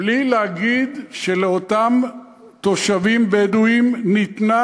בלי להגיד שלאותם תושבים בדואים ניתנה